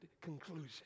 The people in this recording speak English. conclusion